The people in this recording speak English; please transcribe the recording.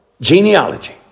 genealogy